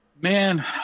man